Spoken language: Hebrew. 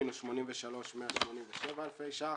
מינוס 83,187 אלפי שקלים.